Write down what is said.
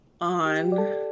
On